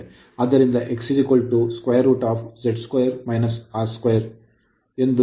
ಆದ್ದರಿಂದ X √Z 2 - R2 ಇಲ್ಲಿ ಇದನ್ನು ಬಳಸಲಾಗುತ್ತದೆ